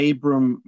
Abram